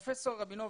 פרופ' רבינוביץ',